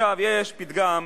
יש פתגם בערבית,